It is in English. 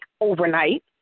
overnight